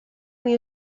muy